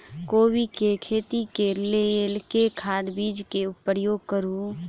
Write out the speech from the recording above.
कोबी केँ खेती केँ लेल केँ खाद, बीज केँ प्रयोग करू?